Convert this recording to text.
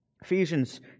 Ephesians